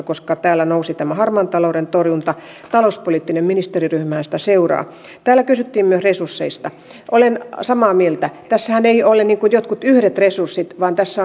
koska täällä nousi tämä harmaan talouden torjunta talouspoliittinen ministeriryhmähän sitä seuraa täällä kysyttiin myös resursseista olen samaa mieltä tässähän eivät ole jotkut yhdet resurssit vaan tässä